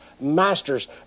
masters